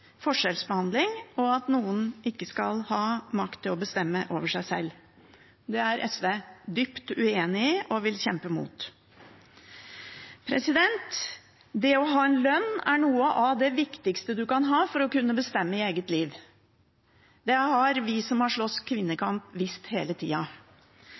forskjellsbehandling, og at noen ikke skal ha makt til å bestemme over seg sjøl. Det er SV dypt uenig i og vil kjempe imot. Det å ha en lønn er noe av det viktigste man kan ha for å kunne bestemme i eget liv. Det har vi som har slåss kvinnekamp, visst hele tida.